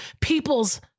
people's